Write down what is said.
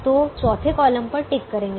तो चौथे कॉलम पर टिक करेंगे